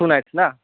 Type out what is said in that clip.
two nights ना